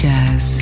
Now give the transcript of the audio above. Jazz